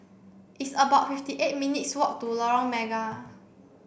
it's about fifty eight minutes' walk to Lorong Mega